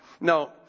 No